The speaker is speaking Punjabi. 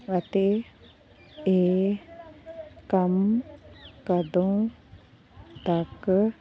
ਅਤੇ ਇਹ ਕੰਮ ਕਦੋਂ ਤੱਕ